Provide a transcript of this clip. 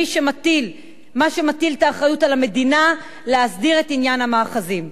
מה שמטיל על המדינה את האחריות להסדיר את עניין המאחזים.